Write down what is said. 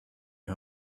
you